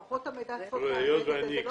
מערכות המידע צריכות לעבד את זה.